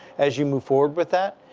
as you move forward with that.